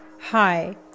Hi